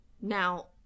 now